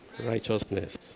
righteousness